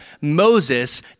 Moses